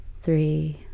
three